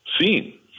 seen